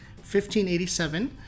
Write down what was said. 1587